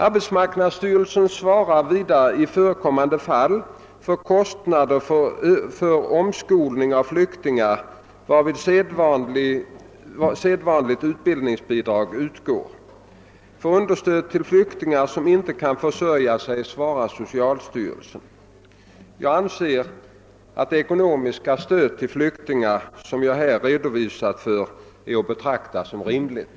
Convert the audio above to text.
Arbetsmarknadsstyrelsen svarar vidare i förekomande fall för kostnader för omskolning av flyktingar, varvid sedvanligt utbildningsbidrag utgår. För understöd till flyktingar som inte kan försörja sig svarar socialstyrelsen. Jag anser, att det ekonomiska stöd till flyktingar, som jag här redogjort för, är att betrakta såsom rimligt.